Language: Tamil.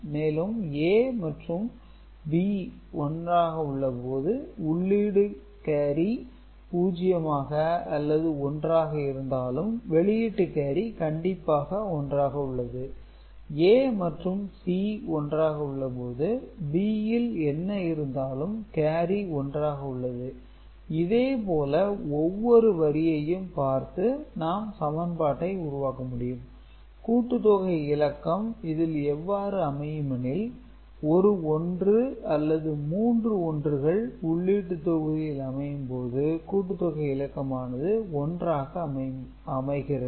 மேலும் A மற்றும் B 1 ஆக உள்ளபோது உள்ளீடு கேரி பூஜ்யமாக அல்லது ஒன்றாக இருந்தாலும் வெளியீட்டு கேரி கண்டிப்பாக 1 ஆக உள்ளது A மற்றும்C 1 ஆக உள்ளபோது B இல் என்ன இருந்தாலும் கேரி 1 ஆக உள்ளது இதேபோல ஒவ்வொரு வரியையும் பார்த்து நாம் சமன்பாட்டை உருவாக்க முடியும் கூட்டுத்தொகை இலக்கம் இதில் எவ்வாறு அமையும் எனில் ஒரு ஒன்று அல்லது 3 ஒன்றுகள் உள்ளீட்டு தொகுதியில் அமையும்போது கூட்டுத்தொகை இலக்கமானது ஒன்றாக அமைகிறது